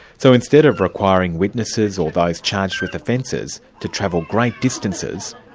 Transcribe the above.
so instead of requiring witnesses or those charged with offences to travel great distances,